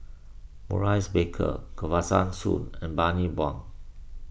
Maurice Baker Kesavan Soon and Bani Buang